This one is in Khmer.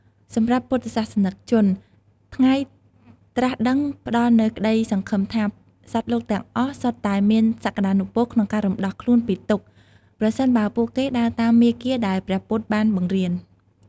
សម្រាប់ពុទ្ធសាសនិកជន ថ្ងៃត្រាស់ដឹងផ្តល់នូវក្តីសង្ឃឹមថា សត្វលោកទាំងអស់សុទ្ធតែមានសក្ដានុពលក្នុងការរំដោះខ្លួនពីទុក្ខ ប្រសិនបើពួកគេដើរតាមមាគ៌ាដែលព្រះពុទ្ធបានបង្រៀន។